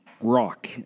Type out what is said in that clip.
rock